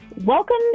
Welcome